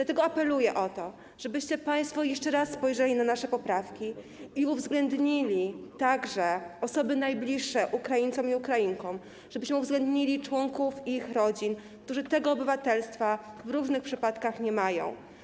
Apeluję o to, żebyście państwo jeszcze raz spojrzeli na nasze poprawki i uwzględnili także osoby najbliższe Ukraińcom i Ukrainkom, żebyście uwzględnili członków ich rodzin, którzy tego obywatelstwa w różnych przypadkach nie mają.